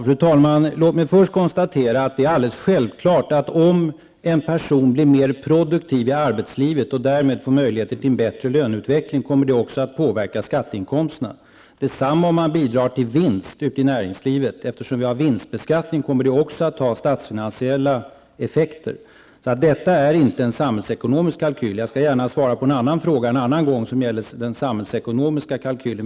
Fru talman! Låt mig först konstatera att det är alldeles självklart att om en person blir mer produktiv i arbetslivet och därmed får möjlighet till en bättre löneutveckling, kommer det också att påverka skatteinkomsterna. Detsamma gäller om man bidrar till vinst ute i näringslivet. Eftersom vi har vinst beskattning kommer det också att få statsfinansiella effekter. Detta är inte en samhällsekonomisk kalkyl. Jag skall gärna svara på en fråga som gäller den samhällsekonomiska kalkylen en annan gång.